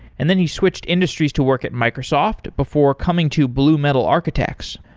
and then he switched industries to work at microsoft before coming to blue metal architects.